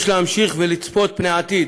יש להמשיך ולצפות פני עתיד,